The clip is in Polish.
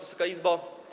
Wysoka Izbo!